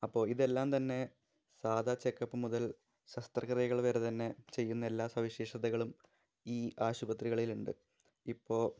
അപ്പോള് ഇതെല്ലാം തന്നെ സാധാ ചെക്കപ്പ് മുതല് ശസ്ത്രക്രിയകള് വരെതന്നെ ചെയ്യുന്ന എല്ലാ സവിശേഷതകളും ഈ ആശുപത്രികളിലുണ്ട് ഇപ്പോള്